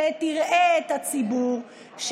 שתראה את הציבור,